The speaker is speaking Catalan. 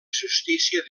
justícia